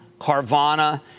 Carvana